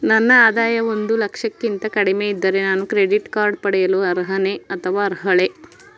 ನನ್ನ ಆದಾಯ ಒಂದು ಲಕ್ಷಕ್ಕಿಂತ ಕಡಿಮೆ ಇದ್ದರೆ ನಾನು ಕ್ರೆಡಿಟ್ ಕಾರ್ಡ್ ಪಡೆಯಲು ಅರ್ಹನೇ ಅಥವಾ ಅರ್ಹಳೆ?